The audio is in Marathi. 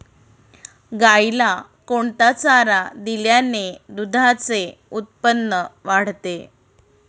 गाईला कोणता चारा दिल्याने दुधाचे उत्पन्न वाढते?